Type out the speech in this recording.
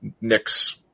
Nick's